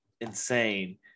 insane